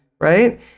right